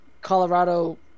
Colorado